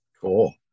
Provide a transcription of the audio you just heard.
cool